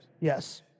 Yes